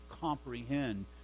comprehend